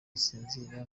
usinzira